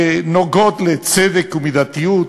שנוגעות בצדק ומידתיות,